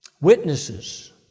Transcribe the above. Witnesses